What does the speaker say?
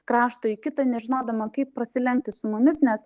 krašto į kitą nežinodama kaip prasilenkti su mumis nes